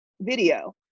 video